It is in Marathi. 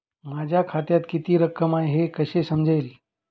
माझ्या खात्यात किती रक्कम आहे हे कसे समजेल?